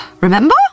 remember